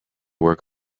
work